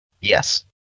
Yes